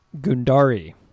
Gundari